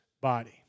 body